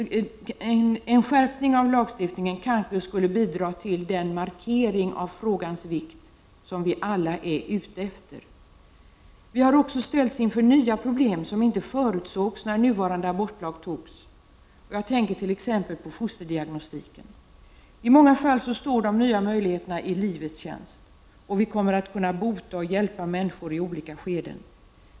En skärpning av lagstiftningen skulle kanske kunna bidra till den markering av frågans vikt som vi alla är ute efter. Vi har också ställts inför nya problem som inte förutsågs när den nuvarande abortlagen antogs. Jag tänker t.ex. på fosterdiagnostiken. I många fall står de nya möjligheterna i livets tjänst. Och vi kommer med hjälp av fosterdiagnostiken att kunna bota och hjälpa människor i olika skeden.